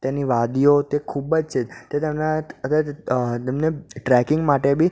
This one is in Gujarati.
તેની વાદીઓ તે ખૂબ જ છે તે તેમના તેમને ટ્રેકિંગ માટે બી